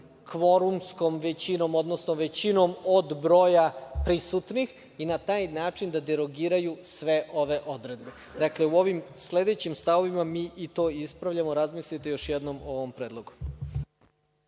kvorumskom većinom, odnosno većinom od broja prisutnih, i na taj način da derogiraju sve ove odredbe. Dakle, u ovim sledećim stavovima mi i to ispravljamo. Razmislite još jednom o ovom predlogu.